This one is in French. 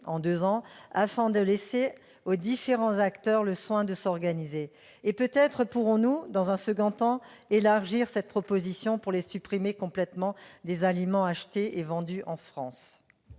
en deux ans, afin de laisser aux différents acteurs le soin de s'organiser. Peut-être pourrons-nous, dans un second temps, élargir cette proposition pour les supprimer complètement des aliments achetés et vendus en France.